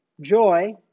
joy